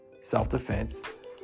self-defense